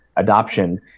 adoption